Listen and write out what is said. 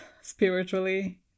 spiritually